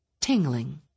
tingling